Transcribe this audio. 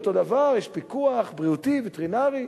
אותו דבר: יש פיקוח בריאותי וטרינרי.